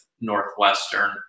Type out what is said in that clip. Northwestern